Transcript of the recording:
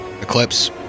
Eclipse